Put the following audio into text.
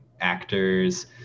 actors